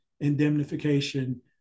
indemnification